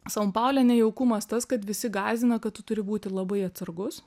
san paule nejaukumas tas kad visi gąsdino kad tu turi būti labai atsargus